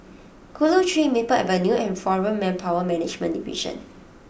Chulia Tree Maple Avenue and Foreign Manpower Management Division